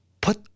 put